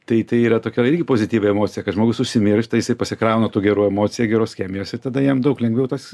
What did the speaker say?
tai tai yra tokia irgi pozityvi emocija kad žmogus užsimiršta jisai pasikrauna tų gerų emocijų geros chemijos ir tada jam daug lengviau tas